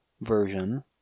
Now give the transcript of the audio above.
version